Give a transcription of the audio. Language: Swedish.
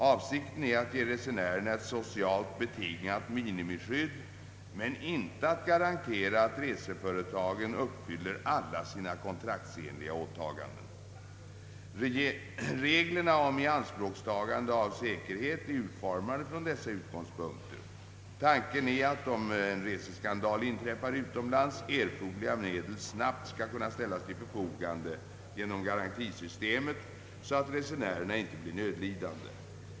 Avsikten är att ge resenärerna ett socialt betingat minimiskydd men inte att garantera, att reseföretagen uppfyller alla sina kontraktsenliga åtaganden. Reglerna om ianspråktagande av säkerhet är utformade från dessa utgångspunkter. Tanken är att, om en reseskandal inträffar utomlands, erforderliga medel snabbt skall kunna ställas till förfogande genom garantisystemet, så att resenärerna inte blir nödlidande.